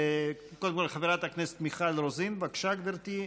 קודם כול, חברת הכנסת מיכל רוזין, בבקשה, גברתי.